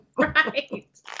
Right